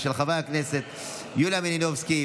של חברי הכנסת יוליה מלינובסקי,